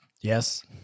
Yes